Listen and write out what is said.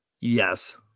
yes